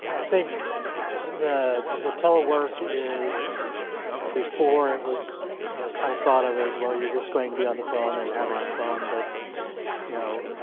yeah i think the the telework is you know before it was kind of thought of it as well you're just going to be on the phone and having a phone, but you know,